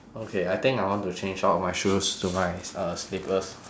okay I think I want to change out of my shoes to my uh slippers